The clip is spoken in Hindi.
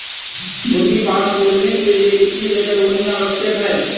मुर्गी फार्म खोलने के लिए कितनी जगह होनी आवश्यक है?